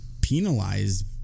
penalized